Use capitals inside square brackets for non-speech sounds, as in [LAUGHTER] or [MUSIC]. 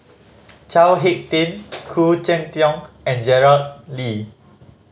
Chao Hick Tin Khoo Cheng Tiong and Gerard [UNINTELLIGIBLE]